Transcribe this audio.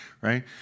right